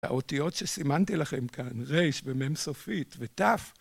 האותיות שסימנתי לכם כאן, ריש, ומם סופית, ותיו.